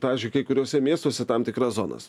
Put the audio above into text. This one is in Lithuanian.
pavyzdžiui kai kuriuose miestuose tam tikras zonas